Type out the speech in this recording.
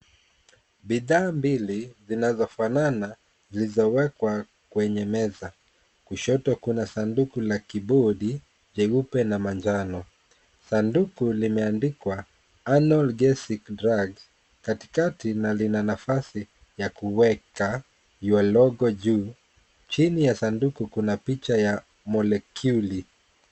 Bidhaa mbili, zilizofanya, zilizowekwa kwenye meza. kushoto kuna sanduku la Kibodi. jeupe na manjano. Sanduku limeandikwa, analgesic drug , katikati na lina nafasi ya kuweka your logo juu chini ya sanduku kuna picha ya molekiuli.